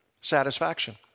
Satisfaction